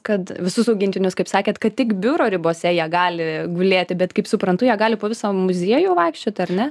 kad visus augintinius kaip sakėt kad tik biuro ribose jie gali gulėti bet kaip suprantu jie gali po visą muziejų vaikščioti ar ne